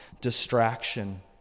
distraction